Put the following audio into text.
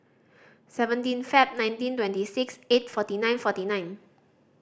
seventeen Feb nineteen twenty six eight forty nine forty nine